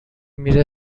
میره